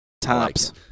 Tops